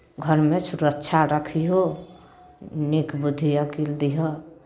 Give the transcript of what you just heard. घरमे सुरक्षा रखिहऽ नीक बुद्धि अकिल दिहऽ